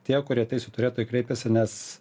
tie kurie teisių turėtojai kreipėsi nes